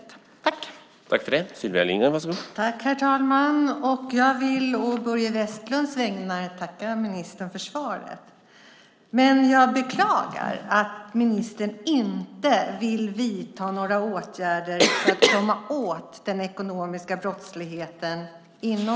Då Börje Vestlund, som framställt interpellationen, anmält att han var förhindrad att närvara vid sammanträdet medgav förste vice talmannen att Sylvia Lindgren i stället fick delta i överläggningen.